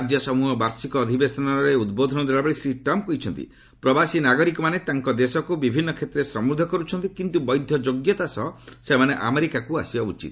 ରାଜ୍ୟସମୂହ ବାର୍ଷିକ ଅଧିବେଶନ ଦେଲାବେଳେ ଶ୍ରୀ ଟ୍ରମ୍ପ୍ କହିଛନ୍ତି ପ୍ରବାସୀ ନାଗରିକମାନେ ତାଙ୍କ ଦେଶକୁ ବିଭିନ୍ନ କ୍ଷେତ୍ରରେ ସମୃଦ୍ଧ କରୁଛନ୍ତି କିନ୍ତୁ ବୈଧ ଯୋଗ୍ୟତା ସହ ସେମାନେ ଆମେରିକାକୁ ଆସିବା ଉଚିତ